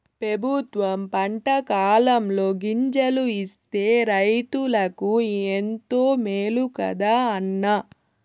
పెబుత్వం పంటకాలంలో గింజలు ఇస్తే రైతులకు ఎంతో మేలు కదా అన్న